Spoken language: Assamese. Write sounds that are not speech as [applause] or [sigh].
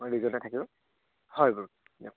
[unintelligible]